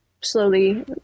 slowly